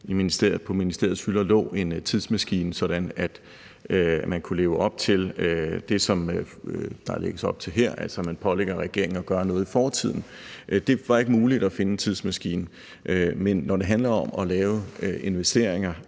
på ministeriets hylder ligger en tidsmaskine, sådan at man kan leve op til det, som der lægges op til her, altså hvor man pålægger regeringen at gøre noget i fortiden. Det var ikke muligt at finde en tidsmaskine. Men når det handler om at lave investeringer